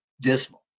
dismal